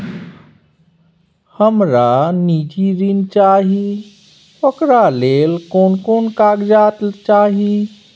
हमरा निजी ऋण चाही ओकरा ले कोन कोन कागजात चाही?